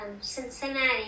Cincinnati